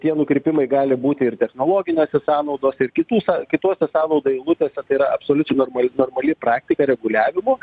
tie nukrypimai gali būti ir technologinėse sąnaudose ir kitų kitose sąnaudų eilutėse tai yra absoliučiai normali normali praktika reguliavimo